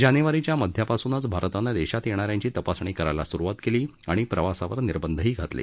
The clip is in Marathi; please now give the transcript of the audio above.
जानेवारीच्या मध्यापासूनच भारतानं देशात येणाऱ्यांची तपासणी करण्यास स्रूवात केली आणि प्रवासावर निर्बंधही घातले